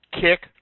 kick